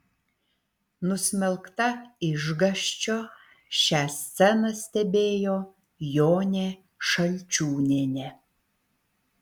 nusmelkta išgąsčio šią sceną stebėjo jonė šalčiūnienė